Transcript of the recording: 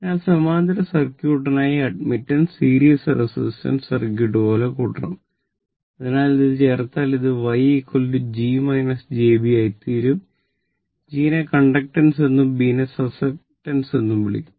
അതിനാൽ സമാന്തര സർക്യൂട്ടിനായി അഡ്മിറ്റാൻസ് എന്നും വിളിക്കുന്നു